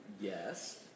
Yes